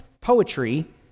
poetry